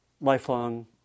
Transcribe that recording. lifelong